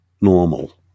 normal